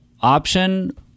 option